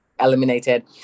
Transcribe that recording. eliminated